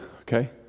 okay